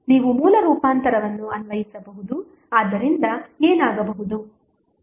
ನೀವು ಮೂಲ ರೂಪಾಂತರವನ್ನು ಅನ್ವಯಿಸಬಹುದು ಆದ್ದರಿಂದ ಏನಾಗಬಹುದು